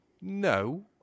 No